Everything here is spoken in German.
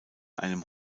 einem